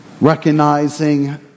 recognizing